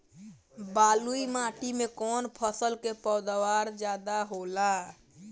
बालुई माटी में कौन फसल के पैदावार ज्यादा होला?